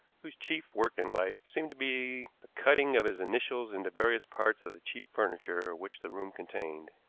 whose chief work in life seemed to be the cutting of his initials into various parts of the cheap furniture which the room contained.